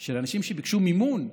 של אנשים שביקשו מימון,